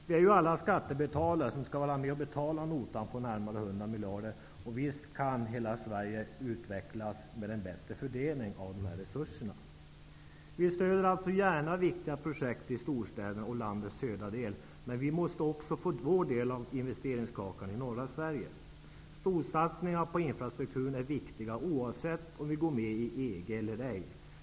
Det är ju alla skattebetalare som skall vara med och betala notan på närmare 100 miljarder. Och visst kan hela landets utvecklas med en bättre fördelning av dessa resurser. Vi stöder alltså gärna viktiga projekt i storstäderna och i landets södra del, men vi i norra Sverige måste också få vår del av investeringskakan. Storsatsningarna på infrastrukturen är viktiga, oavsett om vi går med i EG eller ej.